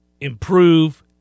improve